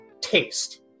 taste